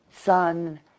Sun